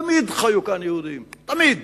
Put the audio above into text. תמיד חיו כאן יהודים, תמיד.